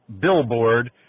billboard